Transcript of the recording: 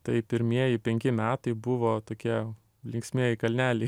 tai pirmieji penki metai buvo tokie linksmieji kalneliai